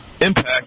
impact